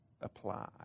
apply